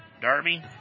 Darby